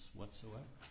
whatsoever